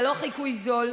זה לא חיקוי זול.